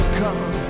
come